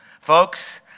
folks